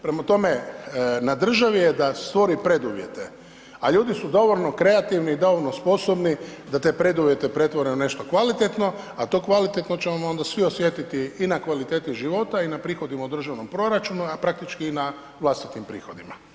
Prema tome, na državi je da stvori preduvjete a ljudi su dovoljno kreativni, dovoljno sposobni da te preduvjete pretvore u nešto kvalitetno a to kvalitetno će vam onda svi osjetiti i na kvalitetu života i na prihodima u državnom proračunu a praktički i na vlastitim prihodima.